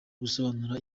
gusobanura